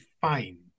fine